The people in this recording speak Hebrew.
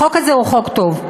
החוק הזה הוא חוק טוב,